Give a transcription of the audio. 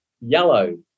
yellow